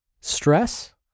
stress